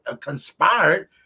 conspired